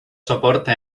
soportes